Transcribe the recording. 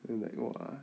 then like !wah!